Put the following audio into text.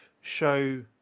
show